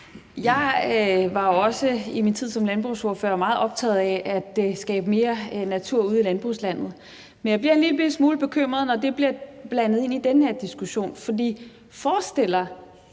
Jeg var også i min tid som landbrugsordfører meget optaget af at skabe mere natur ude i landbrugslandet. Men jeg bliver en lillebitte smule bekymret, når det bliver blandet ind i den her diskussion. For forestiller